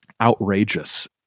outrageous